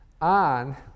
on